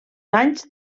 anys